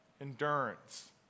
endurance